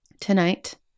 Tonight